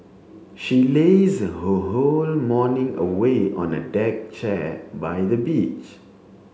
she lazed her whole morning away on a deck chair by the beach